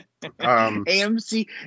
AMC